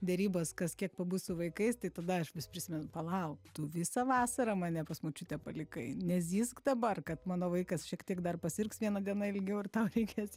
derybos kas kiek pabus su vaikais tai tada aš vis prisimenu palauk tu visą vasarą mane pas močiutę palikai nezyzk dabar kad mano vaikas šiek tiek dar pasiliks viena diena ilgiau ar tau reikės